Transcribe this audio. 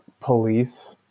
police